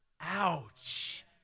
Ouch